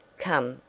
come,